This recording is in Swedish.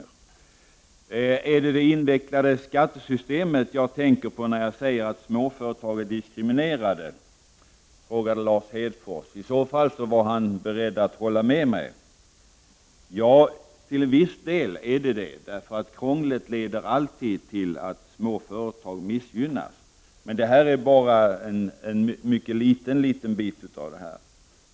Lars Hedfors frågade om det är det invecklade skattesystemet jag tänker på när jag säger att småföretag är diskriminerade. Om det var så, var han beredd att hålla med mig. Ja, till en viss del är det så. Krångel leder ju alltid till att småföretag missgynnas. Men det här är bara en mycket liten bit av det hela.